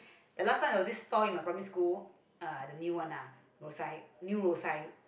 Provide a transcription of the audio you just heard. the last time there was this stall in my primary school uh the new one lah Rosyth new Rosyth